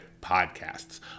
podcasts